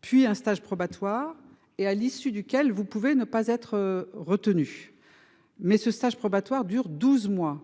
puis un stage probatoire et à l'issue duquel vous pouvez ne pas être retenue. Mais ce stage probatoire dure 12 mois.